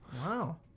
Wow